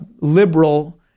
liberal